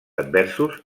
adversos